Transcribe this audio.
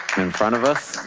in front of us,